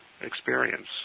experience